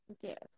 Yes